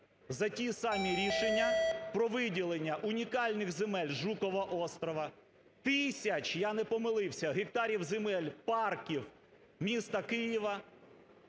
за ті самі рішення про виділення унікальних земель Жукова острова, тисяч, я не помилився, гектарів земель парків міста Києва.